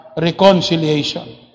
Reconciliation